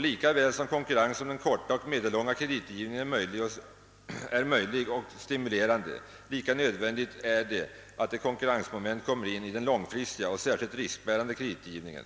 Lika väl som konkurrens om den korta och medellånga kreditgivningen är möjlig och stimulerande, lika nödvändigt är det att ett konkurrensmoment kommer in i den långfristiga och särskilt riskbärande kreditgivningen.